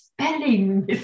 spelling